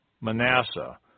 Manasseh